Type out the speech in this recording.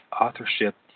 authorship